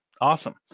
awesome